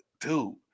dude